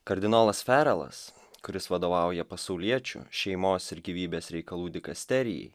kardinolas ferelas kuris vadovauja pasauliečių šeimos ir gyvybės reikalų dikasterijai